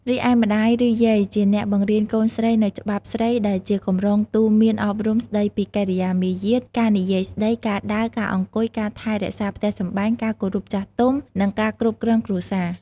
រីឯ ម្តាយ ឬយាយជាអ្នកបង្រៀនកូនស្រីនូវ ច្បាប់ស្រី ដែលជាកម្រងទូន្មានអប់រំស្តីពីកិរិយាមារយាទ ការនិយាយស្តី ការដើរ ការអង្គុយ ការថែរក្សាផ្ទះសម្បែង ការគោរពចាស់ទុំ និងការគ្រប់គ្រងគ្រួសារ។